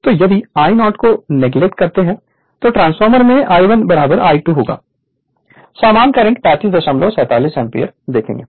तो यदि I0 को नेगलेक्ट करते हैं तो ट्रांसफार्मर में I1 I2 डैश समान करंट 3547 एम्पीयर देखेंगे